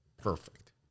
perfect